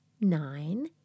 nine